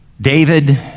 David